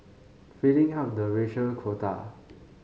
filling up the racial quota